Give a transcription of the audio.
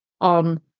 on